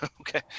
Okay